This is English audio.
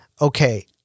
okay